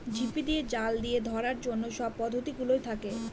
ঝিপি দিয়ে, জাল দিয়ে ধরার অন্য সব পদ্ধতি গুলোও থাকে